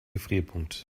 gefrierpunkt